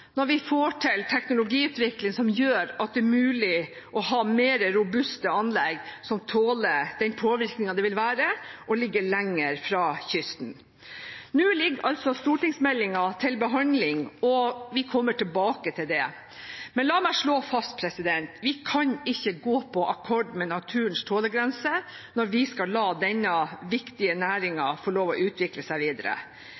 når vi får til teknologiutvikling som gjør at det er mulig å ha mer robuste anlegg som tåler den påvirkningen det vil være å ligge lenger fra kysten. Nå ligger altså stortingsmeldingen til behandling, og vi kommer tilbake til det. Men la meg slå fast: Vi kan ikke gå på akkord med naturens tålegrenser når vi skal la denne viktige næringen få lov å utvikle seg videre.